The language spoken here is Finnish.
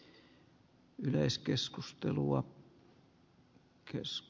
arvoisa puhemies